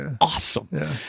awesome